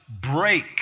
break